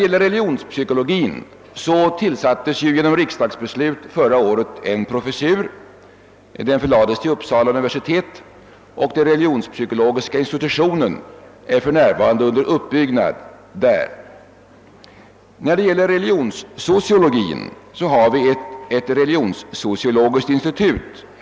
Genom riksdagsbeslut tillsattes förra året en professur i religionspsykologi, som förlades till Uppsala universitet. Den religionspsykologiska institutionen är för närvarande under uppbyggnad där. Här i Stockholm har vi ett religionssociologiskt institut.